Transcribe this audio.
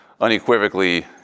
Unequivocally